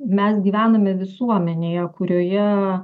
mes gyvename visuomenėje kurioje